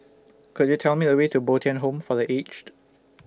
Could YOU Tell Me The Way to Bo Tien Home For The Aged